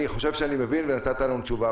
אני חושב שאני מבין ונתת לנו תשובה,